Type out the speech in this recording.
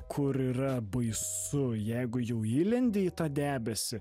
kur yra baisu jeigu jau įlendi į tą debesį